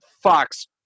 Fox